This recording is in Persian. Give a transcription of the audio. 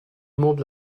مبل